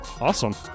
Awesome